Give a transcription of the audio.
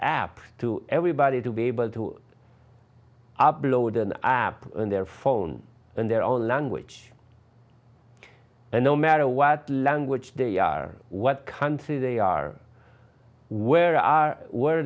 app to everybody to be able to upload an app on their phone and their own language and no matter what language they are what country they are where are where